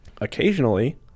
occasionally